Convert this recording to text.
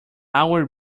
our